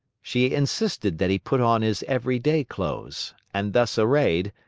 she insisted that he put on his every-day clothes, and thus arrayed,